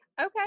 okay